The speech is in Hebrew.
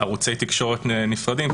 ערוצי תקשורת נפרדים,